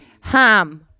Ham